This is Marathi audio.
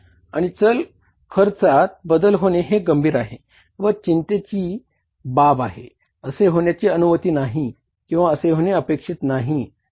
आणि चल खर्चात बदल होणे हे गंभीर आहे व चिंतेचि बाब आहे असे होण्याची अनुमती नाही किंवा असे होणे अपेक्षितही नाही